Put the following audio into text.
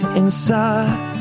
inside